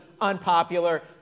unpopular